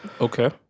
Okay